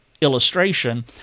Illustration